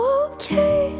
okay